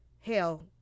Hell